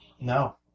No